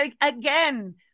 again